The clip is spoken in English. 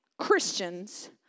Christians